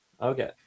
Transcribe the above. Okay